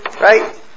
right